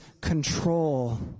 control